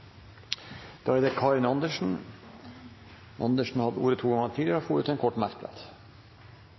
det. Representanten Karin Andersen har hatt ordet to ganger tidligere og får ordet til en kort merknad,